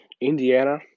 Indiana